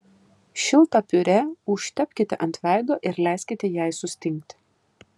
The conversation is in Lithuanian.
šiltą piurė užtepkite ant veido ir leiskite jai sustingti